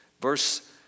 Verse